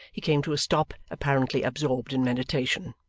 he came to a stop apparently absorbed in meditation.